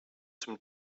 zum